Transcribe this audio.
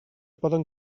poden